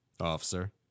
Officer